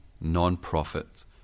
non-profit